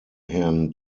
herrn